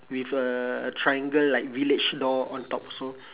with a triangle like village door on top so